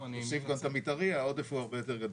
תוסיף גם את המתארי, העודף הוא הרבה יותר גדול.